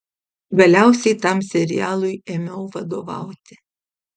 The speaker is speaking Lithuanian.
galiausiai tam serialui ėmiau vadovauti